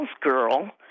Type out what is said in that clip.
girl